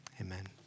amen